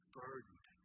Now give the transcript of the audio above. burdened